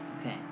Okay